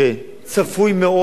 צפוי מאוד שיקרה,